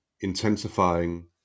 intensifying